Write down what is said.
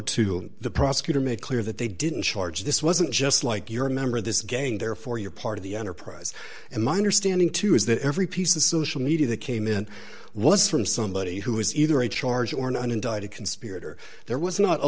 to the prosecutor made clear that they didn't charge this wasn't just like you're a member of this gang therefore you're part of the enterprise and my understanding too is that every piece of social media that came in was from somebody who was either a charge or not an indicted conspirator there was not a